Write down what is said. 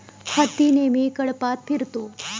हत्ती नेहमी कळपात फिरतो